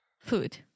food